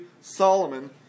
Solomon